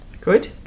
Good